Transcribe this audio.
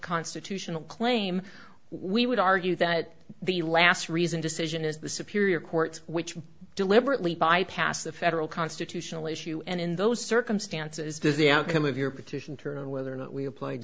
constitutional claim we would argue that the last reasoned decision is the superior court which deliberately bypassed the federal constitutional issue and in those circumstances does the outcome of your petition turn in whether or not we appl